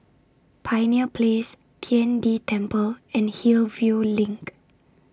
Pioneer Place Tian De Temple and Hillview LINK